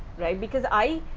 right. because i.